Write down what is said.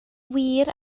wir